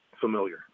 familiar